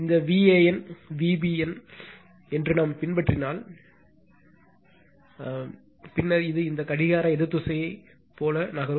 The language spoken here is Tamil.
எனவே இந்த Van Vbn என்று நாம் பின்பற்றினால் என்ன நடக்கும் பின்னர் இது இந்த கடிகார எதிர் திசையைப் போல நகரும்